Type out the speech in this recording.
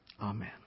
Amen